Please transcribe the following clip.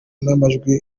n’amajwi